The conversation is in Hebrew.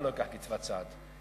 ולא אקח קצבת סעד,